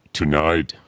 tonight